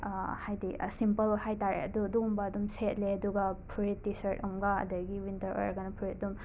ꯍꯥꯏꯗꯤ ꯁꯤꯝꯄꯜ ꯍꯥꯏ ꯇꯥꯔꯦ ꯑꯗꯣ ꯑꯗꯨꯝꯕ ꯑꯗꯨꯝ ꯁꯦꯠꯂꯦ ꯑꯗꯨꯒ ꯐꯨꯔꯤꯠ ꯇꯤ ꯁꯔꯠ ꯑꯃꯒ ꯑꯗꯒꯤ ꯋꯤꯟꯇꯔ ꯑꯣꯏꯔꯒꯅ ꯐꯨꯔꯤꯠ ꯑꯗꯨꯝ